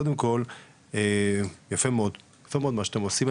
קודם כל יפה מאוד מה שאתם עושים,